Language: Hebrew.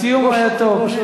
הסיום היה טוב.